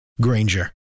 Granger